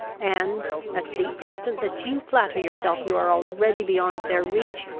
and, at the instant that you flatter yourself you are already beyond their reach,